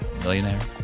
millionaire